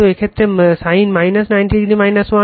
তো এক্ষেত্রে sin 90 - 1